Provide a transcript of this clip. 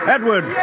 Edward